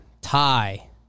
Tie